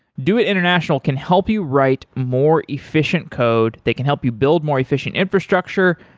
doit international can help you write more efficient code. they can help you build more efficient infrastructure.